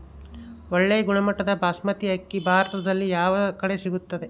ಒಳ್ಳೆ ಗುಣಮಟ್ಟದ ಬಾಸ್ಮತಿ ಅಕ್ಕಿ ಭಾರತದಲ್ಲಿ ಯಾವ ಕಡೆ ಸಿಗುತ್ತದೆ?